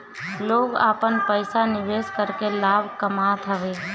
लोग आपन पईसा निवेश करके लाभ कामत हवे